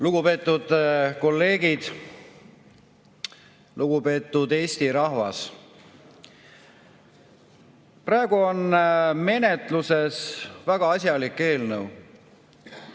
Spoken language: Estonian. Lugupeetud kolleegid! Lugupeetud Eesti rahvas! Praegu on menetluses väga asjalik eelnõu: